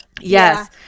Yes